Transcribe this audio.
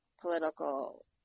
political